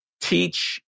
teach